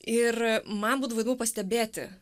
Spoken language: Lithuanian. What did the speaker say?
ir man būdavo įdomiau pastebėti